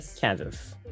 Kansas